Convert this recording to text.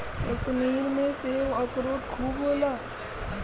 कश्मीर में सेब, अखरोट खूब होला